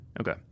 Okay